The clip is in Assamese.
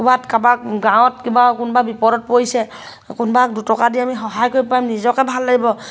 ক'ৰবাত কাৰোবাক গাঁৱত কিবা কোনোবা বিপদত পৰিছে কোনোবা দুটকা দি আমি সহায় কৰি পাৰিম নিজকে ভাল লাগিব